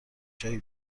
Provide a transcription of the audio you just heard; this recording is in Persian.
جایی